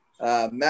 Matt